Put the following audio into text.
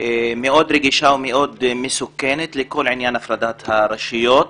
רגישה מאוד ומסוכנת מאוד לכל עניין הפרדת הרשויות,